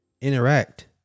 Interact